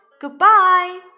Goodbye